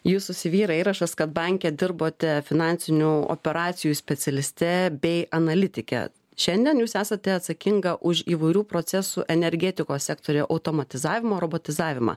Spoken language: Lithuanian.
jūsų cv yra įrašas kad banke dirbote finansinių operacijų specialiste bei analitike šiandien jūs esate atsakinga už įvairių procesų energetikos sektoriuje automatizavimo robotizavimą